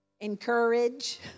encourage